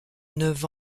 neuf